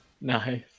Nice